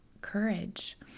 courage